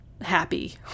happy